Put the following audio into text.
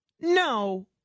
no